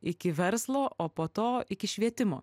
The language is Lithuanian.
iki verslo o po to iki švietimo